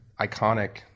iconic